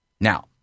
Now